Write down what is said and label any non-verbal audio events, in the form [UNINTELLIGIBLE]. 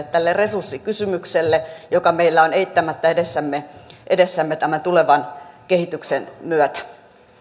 [UNINTELLIGIBLE] tälle resurssikysymykselle joka meillä on eittämättä edessämme edessämme tämän tulevan kehityksen myötä